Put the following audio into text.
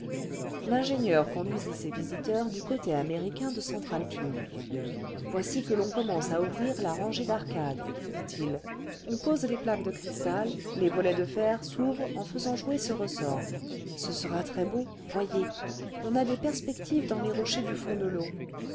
l'ingénieur conduisit ses visiteurs du côté américain de centraltube voici que l'on commence à ouvrir la rangée d'arcades dit-il on pose lés plaques de cristal les volets de fer s'ouvrent en faisant jouer ce ressort ce sera très beau voyez on a des perspectives dans les rochers du fond de l'eau